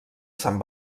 sant